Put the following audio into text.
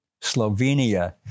Slovenia